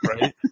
Right